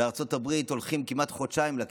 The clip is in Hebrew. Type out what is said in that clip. בארצות הברית הולכים כמעט חודשיים ל-camp,